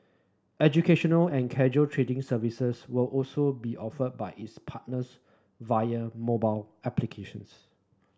educational and casual trading services will also be offered by its partners via mobile applications